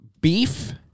beef